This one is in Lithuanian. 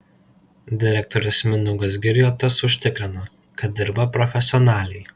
direktorius mindaugas girjotas užtikrino kad dirba profesionaliai